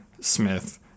Smith